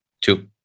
Two